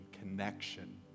connection